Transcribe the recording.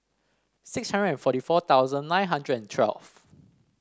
six hundred and forty four thousand nine hundred and twelve